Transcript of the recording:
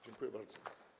Dziękuję bardzo.